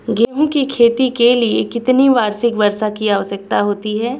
गेहूँ की खेती के लिए कितनी वार्षिक वर्षा की आवश्यकता होती है?